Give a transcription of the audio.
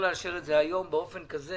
באופן כזה